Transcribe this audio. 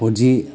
four G